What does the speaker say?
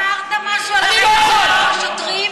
אמרת משהו על הרצח של השוטרים?